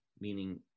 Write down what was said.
meaning